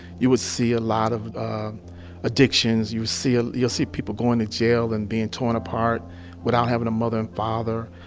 you would see a lot of addictions. you'd see ah you'll see people going to jail and being torn apart without having a mother and father.